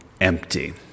empty